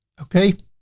okay.